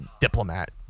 diplomat